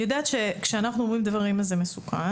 אני יודעת שכשאנחנו אומרים דברים זה מסוכן